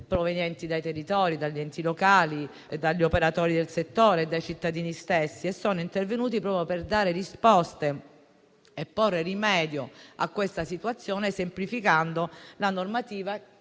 provenienti dai territori, dagli enti locali, dagli operatori del settore e dai cittadini stessi e sono intervenuti proprio per dare risposte e porre rimedio a questa situazione, semplificando la normativa